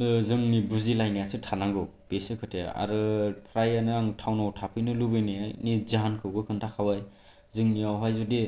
जोंनि बुजिलायनायासो थानांगौ बेसो खोथाया आरो फ्रायानो आं टाउनाव थाफैनो लुबैनायनि जाहानखौबो खोन्थाखाबाय जोंनिआवहाय जदि